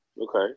okay